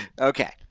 Okay